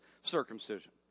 circumcision